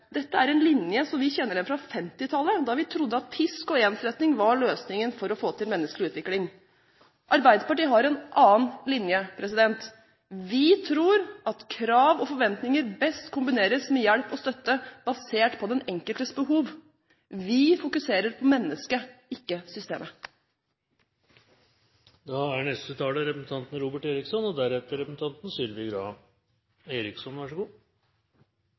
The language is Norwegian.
Dette er en linje som vi kjenner igjen fra 1950-tallet, da man trodde at pisk og ensretting var løsningen for å få til menneskelig utvikling. Arbeiderpartiet har en annen linje. Vi tror at krav og forventninger best kombineres med hjelp og støtte basert på den enkeltes behov. Vi fokuserer på mennesket – ikke systemet. Det er